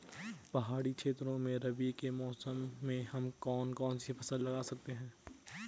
पहाड़ी क्षेत्रों में रबी के मौसम में हम कौन कौन सी फसल लगा सकते हैं?